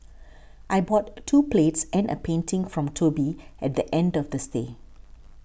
I bought two plates and a painting from Toby at the end of the stay